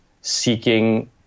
seeking